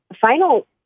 final